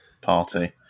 party